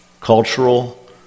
Cultural